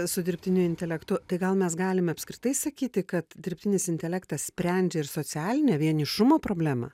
su dirbtiniu intelektu tai gal mes galime apskritai sakyti kad dirbtinis intelektas sprendžia ir socialinę vienišumo problemą